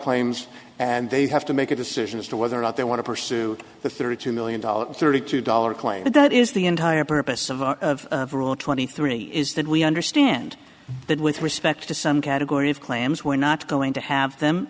claims and they have to make a decision as to whether or not they want to pursue the thirty two million dollars thirty two dollars claim that is the entire purpose of our rule twenty three is that we understand that with respect to some category of claims we're not going to have them